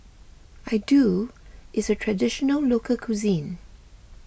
Iaddu is a Traditional Local Cuisine